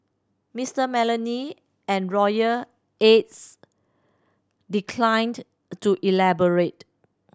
Mister Malone and royal aides declined to elaborate